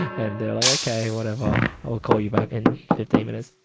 and they were like, okay whatever, i'll call you back in fifteen minutes.